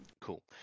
Cool